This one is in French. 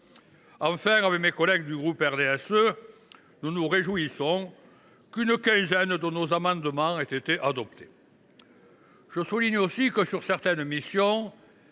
Enfin, avec les collègues de mon groupe, je me réjouis qu’une quinzaine de nos amendements aient été adoptés. Je souligne aussi que, sur certaines missions,